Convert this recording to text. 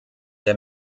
der